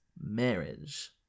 marriage